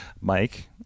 Mike